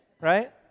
Right